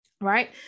right